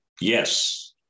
yes